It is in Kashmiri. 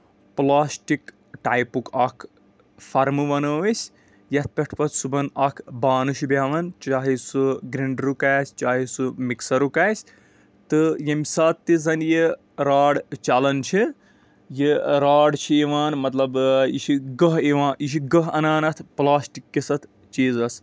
پٕلاسٹِک ٹایپُک اکھ فٔرمہٕ وَنو أسۍ یَتھ پٮ۪ٹھ پَتہٕ صٮبُحن اکھ بانہٕ چھُ بیہوان چاہے سُہ گِرینٛڈرُک آسہِ چاہے سُہ مِکسرُک آسہِ تہٕ ییٚمہِ ساتہٕ تہِ زَن یہِ راڑ چلان چھِ یہِ راڑ چھِ یِوان مطلب یہِ چھِ گٔہہ یِوان یہِ چھِ گٔہہ اَنان اتھ پٕلاسٹِکس اَتھ چیٖزَس